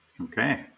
Okay